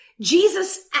Jesus